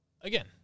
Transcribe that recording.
again